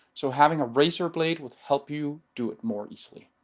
so having a razor blade will help you do it more easily.